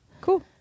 Cool